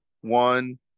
one